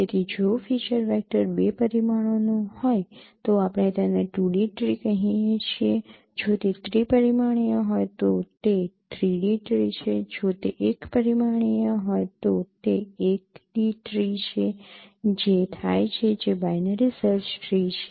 તેથી જો feature vector બે પરિમાણોનું હોય તો આપણે તેને 2D ટ્રી કહીએ છીએ જો તે ત્રિપરિમાણીય હોય તો તે 3D ટ્રી છે જો તે એક પરિમાણ હોય તો તે 1D ટ્રી છે જે થાય છે જે બાઈનરી સર્ચ ટ્રી છે